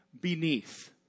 beneath